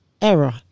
error